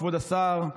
כבוד השר,